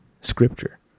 scripture